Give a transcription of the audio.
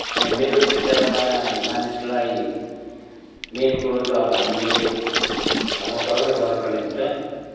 र मेरो बिचारमा मानिसलाई मेन कुरो त अब हामीले धर्म कर्मै गर्नुपर्ने हुन्छ